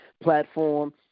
platform